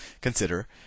consider